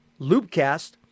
Loopcast